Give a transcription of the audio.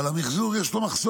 אבל המחזור, יש לו מחסום,